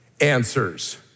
answers